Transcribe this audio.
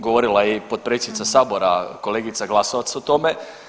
Govorila je i potpredsjednica Sabora kolegica Glasovac o tome.